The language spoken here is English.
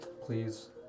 Please